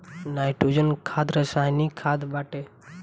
nitrogen खाद रासायनिक खाद बाटे